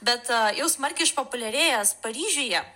bet jau smarkiai išpopuliarėjęs paryžiuje